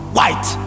White